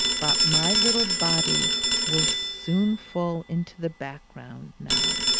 but my little body will soon fall into the background now.